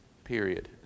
Period